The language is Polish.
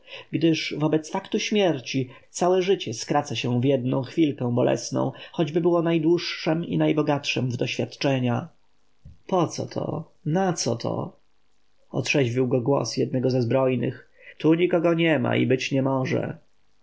gdyż wobec faktu śmierci całe życie skraca się w jedną chwilkę bolesną choćby było najdłuższem i najbogatszem w doświadczenia poco to naco to otrzeźwił go głos jednego ze zbrojnych tu nikogo niema i być nie może